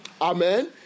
Amen